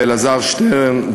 אלעזר שטרן,